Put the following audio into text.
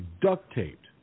duct-taped